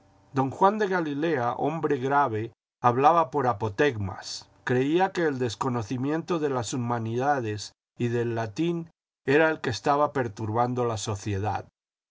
don juan de galilea hombre grave hablaba por apotegmas creía que el desconocimiento de las humanidades y del latín era el que estaba perturbando la sociedad